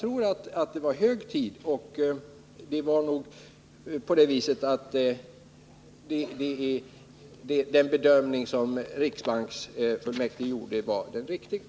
Riksbanksfullmäktiges bedömning var nog den riktiga.